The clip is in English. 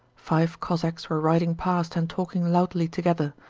five cossacks were riding past and talking loudly together.